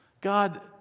God